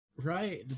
Right